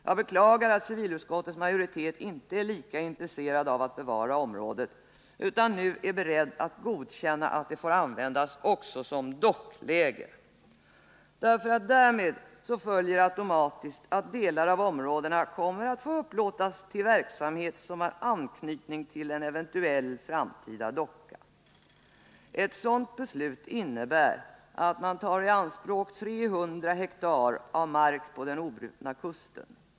Jag beklagar att civilutskottets majoritet inte är lika intresserad av att bevara området, utan nu är beredd att godkänna att det får användas även för ett dockläge. Därmed följer automatiskt att delar av områdena kommer att få 179 upplåtas till verksamhet som har anknytning till en eventuell framtida docka. Ett sådant beslut innebär att man tar i anspråk 300 ha mark på den obrutna kusten.